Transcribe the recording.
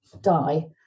die